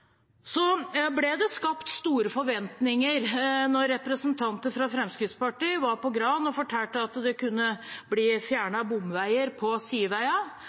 ble skapt store forventninger da representanter fra Fremskrittspartiet var på Gran og fortalte at det kunne bli fjernet bomveier på